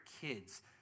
kids